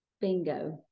bingo